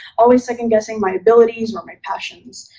always second-guessing my abilities or my passions.